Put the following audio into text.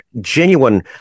genuine